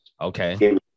okay